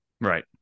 Right